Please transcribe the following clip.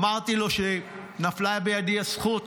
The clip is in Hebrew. אמרתי לו שנפלה בידי הזכות